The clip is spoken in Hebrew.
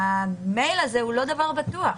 הוא לא דבר בטוח.